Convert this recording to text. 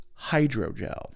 hydrogel